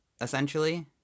essentially